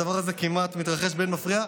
הדבר הזה מתרחש כמעט באין מפריע,